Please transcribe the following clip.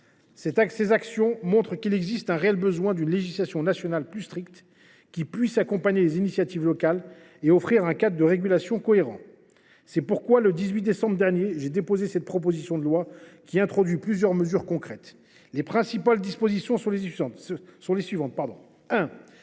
Ces actions montrent qu’il existe un réel besoin d’une législation nationale plus stricte, qui puisse accompagner les initiatives locales et offrir un cadre de régulation cohérent. C’est pourquoi j’ai déposé le 18 décembre dernier cette proposition de loi, qui introduit plusieurs mesures concrètes. Je vais vous en détailler les principales